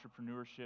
entrepreneurship